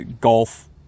golf